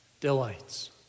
delights